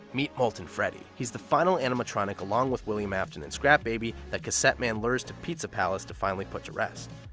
meet molten freddy. he's the final animatronic, along with william afton and scrap baby, that cassette man lures to pizza palace to finally put to rest.